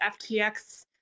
FTX